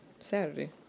Saturday